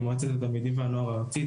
מועצת התלמידים והנוער הארצית,